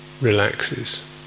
relaxes